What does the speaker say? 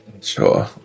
sure